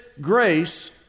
grace